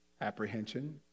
apprehension